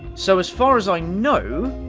so as far as i know,